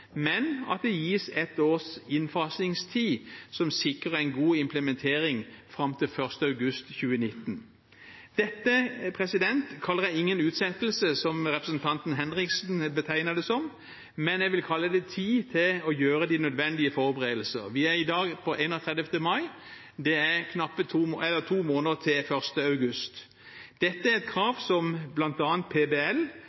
men at det gis ett års innfasingstid, noe som sikrer en god implementering fram til 1. august 2019. Dette kaller jeg ingen utsettelse, som representanten Henriksen betegner det som, jeg vil kalle det tid til å gjøre de nødvendige forberedelser. Vi skriver i dag 31. mai. Det er to måneder til 1. august. Dette er et